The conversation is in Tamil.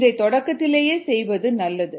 இதை தொடக்கத்திலேயே செய்வது நல்லது